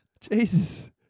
Jesus